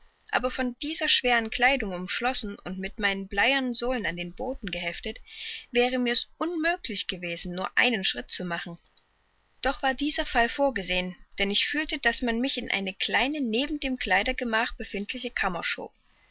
aber von dieser schweren kleidung umschlossen und mit meinen bleiernen sohlen an den boden geheftet wäre mir's unmöglich gewesen nur einen schritt zu machen doch war dieser fall vorgesehen denn ich fühlte daß man mich in eine kleine neben dem kleidergemach befindliche kammer schob